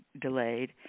delayed